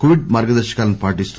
Covid మార్గదర్పకాలను పాటిస్తూ